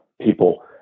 people